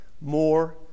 more